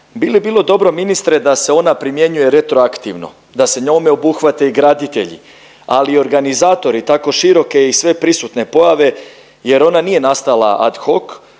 bi li bilo dobro ministre da se ona primjenjuje retroaktivno. Da se njome obuhvate i graditelji ali i organizatori tako široke i sveprisutne pojave jer ona nije nastala ad hoc,